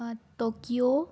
Tokyo